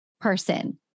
person